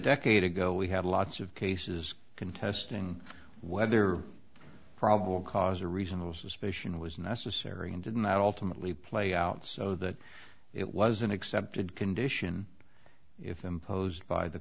decade ago we had lots of cases contesting whether probable cause a reasonable suspicion was necessary and didn't that ultimately play out so that it was an accepted condition if imposed by the